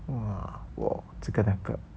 !wah! 我这个两个